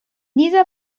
dieser